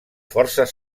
forces